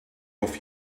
off